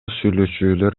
сүйлөшүүлөр